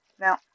Now